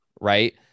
right